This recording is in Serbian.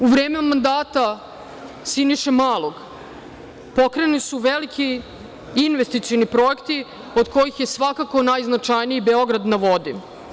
U vreme mandata Siniše Malog pokrenuti su veliki investicioni projekti, od kojih je svakako najznačajniji „Beograd na vodi“